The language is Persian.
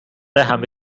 همه